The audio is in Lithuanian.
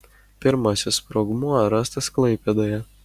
pirmasis sprogmuo rastas klaipėdoje